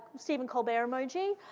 stephen colbert emoji.